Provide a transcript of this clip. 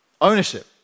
ownership